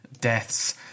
deaths